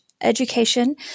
education